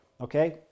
okay